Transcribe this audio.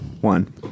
One